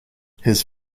his